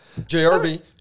JRV